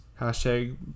hashtag